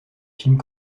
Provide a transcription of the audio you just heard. films